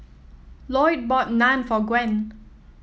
Loyd bought Naan for Gwen